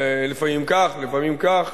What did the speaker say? לפעמים כך ולפעמים כך.